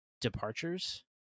departures